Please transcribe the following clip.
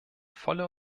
volle